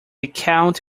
account